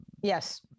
Yes